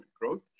growth